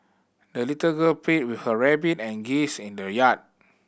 the little girl played with her rabbit and geese in the yard